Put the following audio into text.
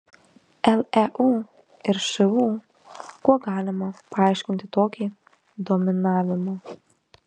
leu ir šu kuo galima paaiškinti tokį dominavimą